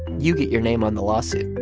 you get your name on the lawsuit,